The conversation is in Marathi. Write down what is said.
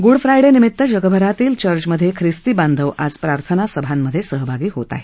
गुडफ्रायडे निमित्त जगभरातील चर्चमधे ख्रिस्ती बांधव आज प्रार्थनासभांमधे सहभागी होत आहेत